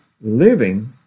living